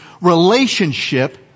relationship